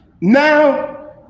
Now